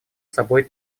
собой